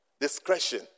Discretion